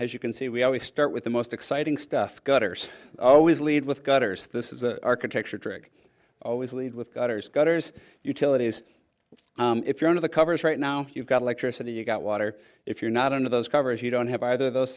as you can see we always start with the most exciting stuff gutters always lead with gutters this is the architecture trick always lead with gutters gutters utilities if you're under the covers right now you've got electricity you've got water if you're not under those covers you don't have either those